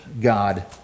God